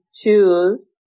choose